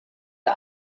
the